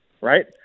right